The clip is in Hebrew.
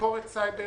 ביקורת סייבר.